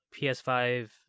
PS5